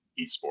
esports